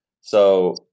So-